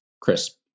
crisp